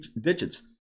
digits